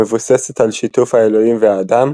המבוססת על שיתוף האלוהים והאדם,